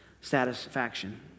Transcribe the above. satisfaction